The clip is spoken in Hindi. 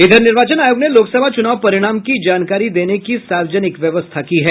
इधर निर्वाचन आयोग ने लोकसभा चुनाव परिणाम की जानकारी देने की सार्वजनिक व्यवस्था की है